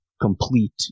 complete